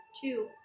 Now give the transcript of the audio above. Two